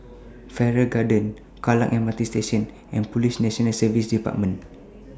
Farrer Garden Kallang M R T Station and Police National Service department